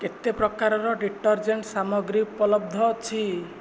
କେତେ ପ୍ରକାରର ଡିଟର୍ଜେଣ୍ଟ୍ ସାମଗ୍ରୀ ଉପଲବ୍ଧ ଅଛି